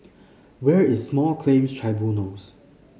where is Small Claims Tribunals